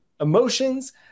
emotions